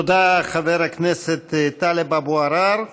תודה לחבר הכנסת טלב אבו עראר.